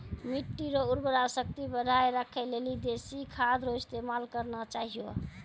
मिट्टी रो उर्वरा शक्ति बढ़ाएं राखै लेली देशी खाद रो इस्तेमाल करना चाहियो